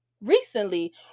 recently